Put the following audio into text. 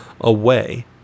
away